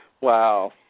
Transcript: Wow